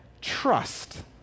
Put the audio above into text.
trust